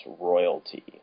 royalty